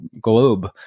globe